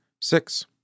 Six